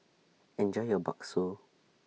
Enjoy your Bakso